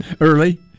early